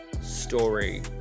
story